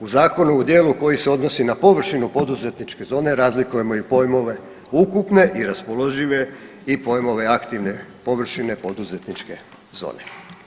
U zakonu o dijelu koji se odnosi na površinu poduzetničke zone razlikujemo i pojmove ukupne i raspoložive i pojmove aktivne površine poduzetničke zone.